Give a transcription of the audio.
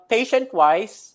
Patient-wise